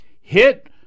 Hit